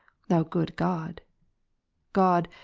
thou good god god,